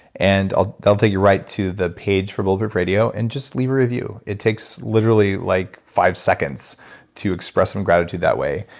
and ah that'll take you right to the page for bulletproof radio and just leave a review. it takes literally like, five seconds to express some gratitude that way.